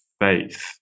faith